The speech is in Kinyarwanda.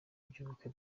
by’ubukwe